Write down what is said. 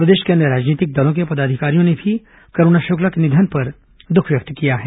प्रदेश के अन्य राजनीतिक दलों के पदाधिकारियों ने भी करूणा श्क्ला के निधन पर द्ख व्यक्त किया है